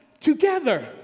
together